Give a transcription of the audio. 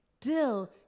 dill